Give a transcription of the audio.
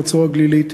מחצור-הגלילית,